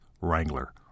Wrangler